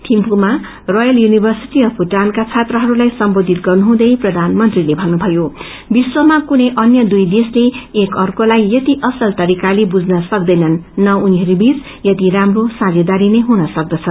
थिम्पूमा royal university of Bhutan का छात्रहस्लाई सम्बोधित गर्दै प्रधानमंत्रीले भन्नुभयो विश्वमा कुनै अन्य दुई देश एकाअर्कालाई यति असल तरिकाले पुझ्न सक्तेनन उनीहरूबीच यति रामो सामेदारी नै छ